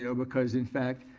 you know because, in fact,